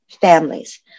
families